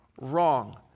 wrong